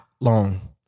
long